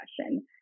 question